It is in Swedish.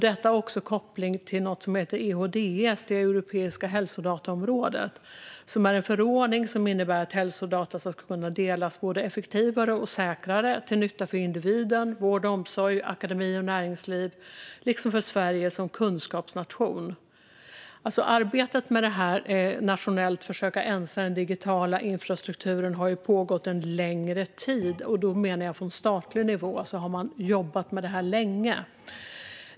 Detta har också koppling till någonting som heter EHDS, det europeiska hälsodataområdet, en förordning som innebär att hälsodata ska kunna delas både effektivare och säkrare till nytta för individen, vård och omsorg, akademi och näringsliv liksom för Sverige som kunskapsnation. Arbetet med att nationellt försöka ensa den digitala infrastrukturen har pågått en längre tid, och då menar jag att man från statlig nivå har jobbat med detta länge.